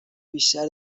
بیشتر